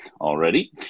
already